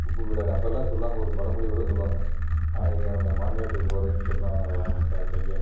உப்பிபோய்விடுவாரு அப்பெல்லாம் சொல்வாங்க ஒரு பலமொழி கூட சொல்வாங்க ஆயக்காரவங்க மாமியார் வீட்டுக்கு போகிறேன்னு சொன்னாங்களாடா உன் பையன்